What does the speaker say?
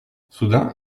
soudain